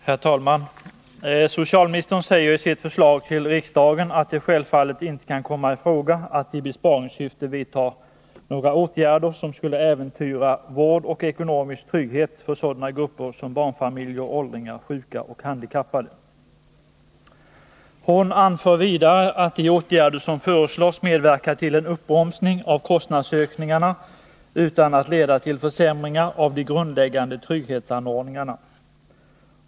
Herr talman! Socialministern säger i sitt förslag till riksdagen att det självfallet inte kan komma i fråga att i besparingssyfte vidta några åtgärder som skulle äventyra vård och ekonomisk trygghet för sådana grupper som barnfamiljer, åldringar, sjuka och handikappade. Hon anför vidare att de åtgärder som föreslås medverkar till en uppbromsning av kostnadsökningarna utan att leda till försämringar av de grundläggande trygghetsanordningarna.